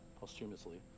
posthumously